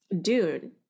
dude